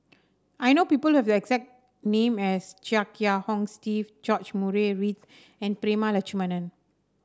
I know people exact name as Chia Kiah Hong Steve George Murray Reith and Prema Letchumanan